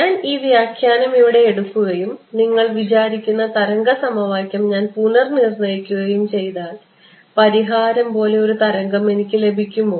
ഞാൻ ഈ വ്യാഖ്യാനം ഇവിടെ എടുക്കുകയും നിങ്ങൾ വിചാരിക്കുന്ന തരംഗ സമവാക്യം ഞാൻ പുനർനിർണയിക്കുകയും ചെയ്താൽ പരിഹാരം പോലെ ഒരു തരംഗം എനിക്ക് ലഭിക്കുമോ